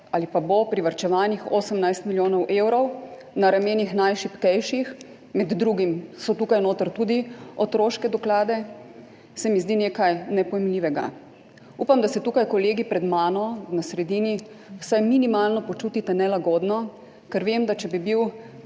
ali pa bo privarčevanih 18 milijonov evrov na ramenih najšibkejših, med drugim so tukaj notri tudi otroške doklade, se mi zdi nekaj nepojmljivega. Upam, da se tukaj kolegi pred mano, na sredini vsaj minimalno počutite nelagodno, ker vem, da če bi bil